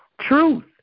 Truth